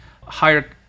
higher